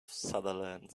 sutherland